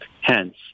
Hence